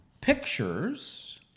pictures